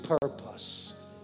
purpose